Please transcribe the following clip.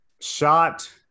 shot